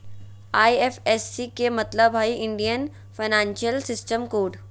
IFSC के मतलब हइ इंडियन फाइनेंशियल सिस्टम कोड